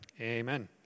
Amen